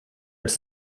its